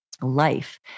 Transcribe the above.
life